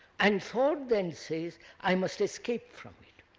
and thought then says, i must escape from it.